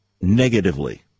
negatively